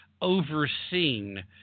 Overseen